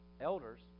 elders